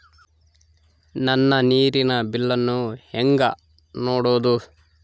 ನನ್ನ ನೇರಿನ ಬಿಲ್ಲನ್ನು ಹೆಂಗ ನೋಡದು?